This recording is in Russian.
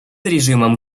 режимом